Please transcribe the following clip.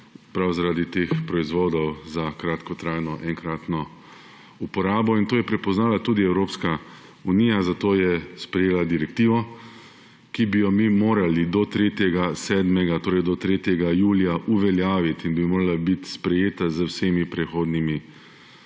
prav zaradi teh proizvodov za kratkotrajno enkratno uporabo. In to je prepoznala tudi Evropska unija, zato je sprejela direktivo, ki bi jo mi morali do 3. julija uveljaviti. Morala bi biti sprejeta z vsemi prehodnimi